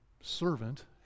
servant